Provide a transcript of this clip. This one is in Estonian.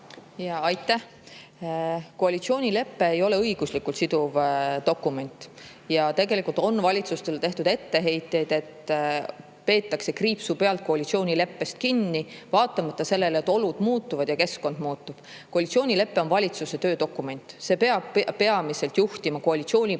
Aitäh! Koalitsioonilepe ei ole õiguslikult siduv dokument ja tegelikult on valitsustele tehtud etteheiteid, et peetakse kriipsu pealt koalitsioonileppest kinni vaatamata sellele, et olud muutuvad ja keskkond muutub. Koalitsioonilepe on valitsuse töödokument, see peab peamiselt juhtima koalitsioonipartnerite